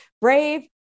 brave